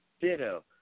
Ditto